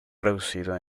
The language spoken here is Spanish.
reducido